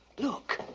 look.